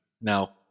Now